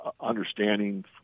understanding